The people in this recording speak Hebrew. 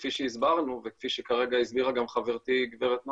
כפי שהסברנו וכפי שכרגע הסבירה גם חברתי גברת נויבואר,